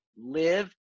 live